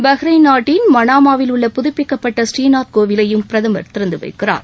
Bahrain நாட்டின் மணாமாவில் உள்ள புதப்பிக்கப்பட்ட ஸ்ரீநாத் கோவிலையும் பிரதம் திறந்து வைக்கிறார்